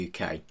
UK